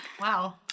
Wow